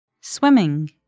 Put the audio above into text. Swimming